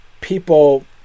People